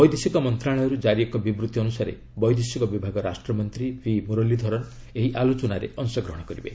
ବୈଦେଶିକ ମନ୍ତ୍ରଣାଳୟରୁ କାରି ଏକ ବିବୃତ୍ତି ଅନୁସାରେ ବୈଦେଶିକ ବିଭାଗ ରାଷ୍ଟ୍ରମନ୍ତ୍ରୀ ଭି ମୁରଲୀଧରନ୍ ଏହି ଆଲୋଚନାରେ ଅଂଶଗ୍ରହଣ କରିବେ